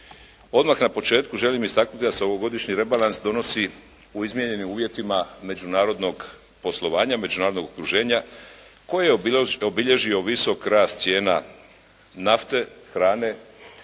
Odmah na početku želim istaknuti da se ovogodišnji rebalans donosi u izmijenjenim uvjetima međunarodnog poslovanja, međunarodnog okruženja koje je obilježio visok rast cijena nafte, hrane,